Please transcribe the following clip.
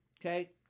Okay